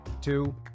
Two